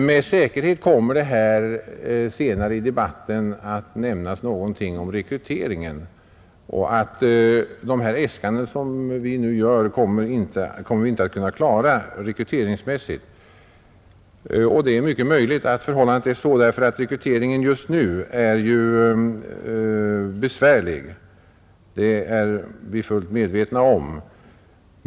Med säkerhet kommer det senare i debatten att nämnas någonting om rekryteringen och att de äskanden som vi nu gör inte kommer att kunna klaras rekryteringsmässigt. Det är mycket möjligt att förhållandet är så, eftersom rekryteringen just nu är besvärlig; det är vi fullt medvetna om.